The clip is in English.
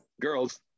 Girls